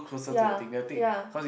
ya ya